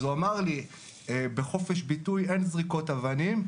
אז הוא אמר לי: בחופש ביטוי אין זריקות אבנים.